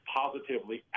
positively